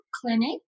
Clinic